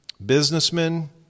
Businessmen